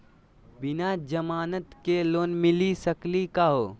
बिना जमानत के लोन मिली सकली का हो?